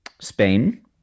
Spain